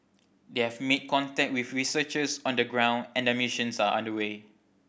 they have made contact with researchers on the ground and their missions are under way